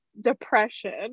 depression